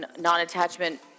non-attachment